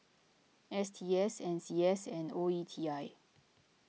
S T S N C S and O E T I